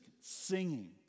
singing